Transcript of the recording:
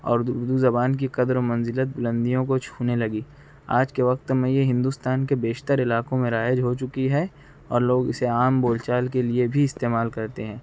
اور اردو زبان کی قدر و منزلت بلندیوں کو چھونے لگی آج کے وقت میں یہ ہندوستان کے بیشتر علاقوں میں رائج ہو چکی ہے اور لوگ اسے عام بول چال کے لیے بھی استعمال کرتے ہیں